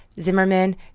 Zimmerman